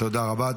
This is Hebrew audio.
תודה רבה.